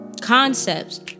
Concepts